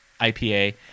IPA